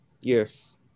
Yes